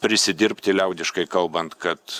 prisidirbti liaudiškai kalbant kad